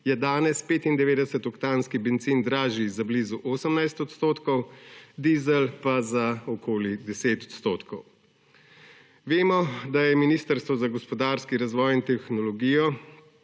je danes 95 oktanski bencin dražji za blizu 18 %, dizel pa za okli 10 %. Vemo, da je Ministrstvo za gospodarski razvoj in tehnologijo